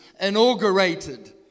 inaugurated